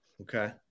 Okay